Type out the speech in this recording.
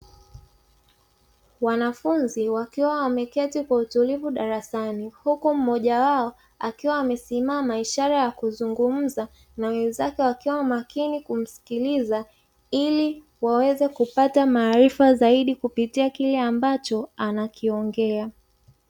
Wanafunzi wakiwa wameketi kwa utulivu darasani, huku mmoja wao akiwa amesimama, ishara ya kuzungumza na wenzake wakiwa makini kumsikiliza ili waweze kupata maarifa zaidi kupitia kile ambacho anachokiongea.